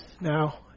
now